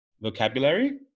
vocabulary